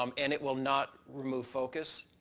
um and it will not remove focus.